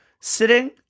sitting